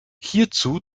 hierzu